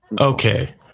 okay